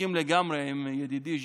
מסכים לגמרי עם ידידי ג'אבר: